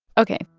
ok,